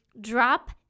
drop